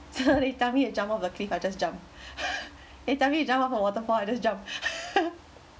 tell me to jump off the cliff I just jump tell me to jump off a waterfall I just jump